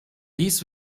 dies